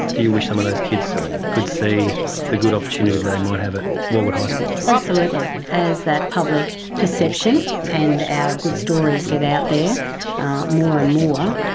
do you wish some of those kids could see the good opportunity that they might have at walgett high school? absolutely. as that public perception and our good stories get out there more and more,